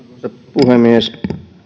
puhemies